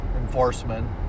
enforcement